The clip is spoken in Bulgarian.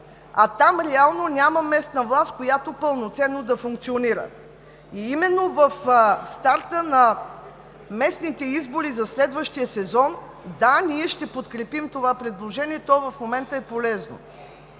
а там реално няма местна власт, която пълноценно да функционира. Именно на старта на местните избори за следващия сезон – да, ние ще подкрепим това предложение, и то в момента е полезно.